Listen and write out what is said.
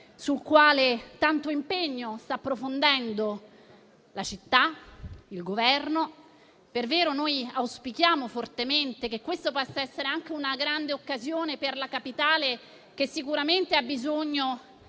sul quale tanto impegno stanno approfondendo la città e il Governo. Noi auspichiamo fortemente che questa possa essere anche una grande occasione per la Capitale, che sicuramente ha bisogno